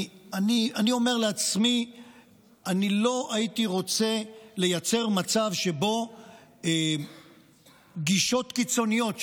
אני אומר לעצמי שאני לא הייתי רוצה לייצר מצב שבו גישות קיצוניות,